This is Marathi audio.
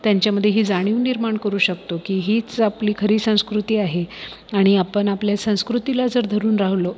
त्यांच्यामध्ये ही जाणीव निर्माण करू शकतो की हीच आपली खरी संस्कृती आहे आणि आपण आपले संस्कृतीला जर धरून राहिलो